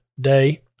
day